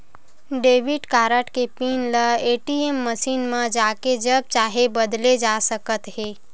debit card के pin ल ATM machine म जाके जब चाहे बदले जा सकत हे